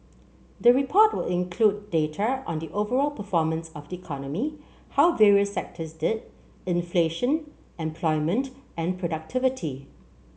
the report will include data on the overall performance of the economy how various sectors did inflation employment and productivity